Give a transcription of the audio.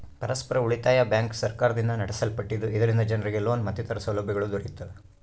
ಪರಸ್ಪರ ಉಳಿತಾಯ ಬ್ಯಾಂಕ್ ಸರ್ಕಾರದಿಂದ ನಡೆಸಲ್ಪಟ್ಟಿದ್ದು, ಇದರಿಂದ ಜನರಿಗೆ ಲೋನ್ ಮತ್ತಿತರ ಸೌಲಭ್ಯಗಳು ದೊರೆಯುತ್ತವೆ